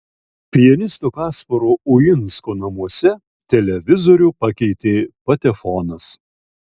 pianisto kasparo uinsko namuose televizorių pakeitė patefonas